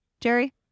Jerry